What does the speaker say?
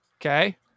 okay